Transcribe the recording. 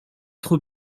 trop